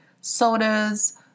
sodas